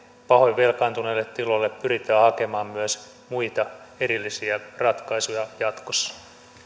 pahoin velkaantuneille tiloille pyritään hakemaan myös muita erillisiä ratkaisuja jatkossa